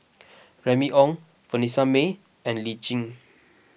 Remy Ong Vanessa Mae and Lee Tjin